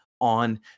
on